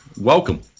Welcome